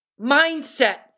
mindset